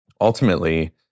ultimately